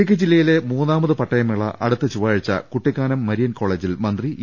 ഇടുക്കി ജില്ലയിലെ മുന്നാമത് പട്ടയമേള അടുത്ത ചൊവ്വാഴ്ച കൂട്ടി ക്കാനം മരിയൻ കോള്ജേിൽ മന്ത്രി ഇ